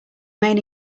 main